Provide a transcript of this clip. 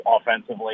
offensively